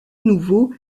nouveau